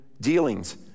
dealings